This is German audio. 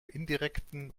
indirekten